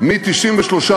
ביהודה ושומרון, בשטחים.